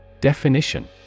Definition